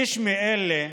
איש מאלה,